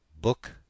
BOOK